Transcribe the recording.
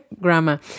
Grammar